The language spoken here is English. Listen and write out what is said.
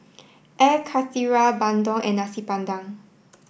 Air Karthira Bandung and Nasi Padang